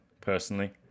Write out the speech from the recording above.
personally